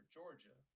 Georgia